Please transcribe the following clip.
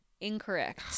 Incorrect